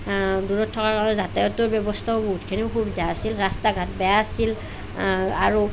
দূৰত থকাৰ বাবে যাতায়তৰ ব্যৱস্থাও বহুতখিনি অসুবিধা আহিল ৰাস্তা ঘাট বেয়া আছিল আৰু